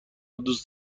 دوست